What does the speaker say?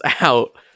out